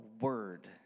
word